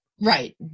Right